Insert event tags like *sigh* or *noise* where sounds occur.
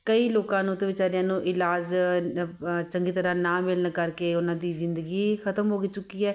ਕਈ ਲੋਕਾਂ ਨੂੰ ਤਾਂ ਵਿਚਾਰਿਆਂ ਨੂੰ ਇਲਾਜ *unintelligible* ਚੰਗੀ ਤਰ੍ਹਾਂ ਨਾ ਮਿਲਣ ਕਰਕੇ ਉਹਨਾਂ ਦੀ ਜ਼ਿੰਦਗੀ ਖ਼ਤਮ ਹੋ ਚੁੱਕੀ ਹੈ